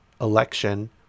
election